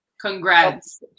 congrats